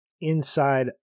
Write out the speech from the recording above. inside